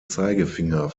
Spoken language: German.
zeigefinger